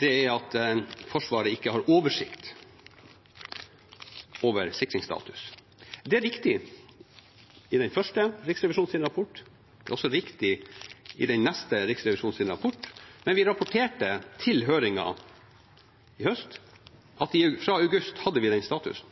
Det er at Forsvaret ikke har oversikt over sikringsstatus. Det er viktig i den første riksrevisjonsrapporten, det er også viktig i den neste riksrevisjonsrapporten, men vi rapporterte i høringen i høst at vi fra august hadde den statusen.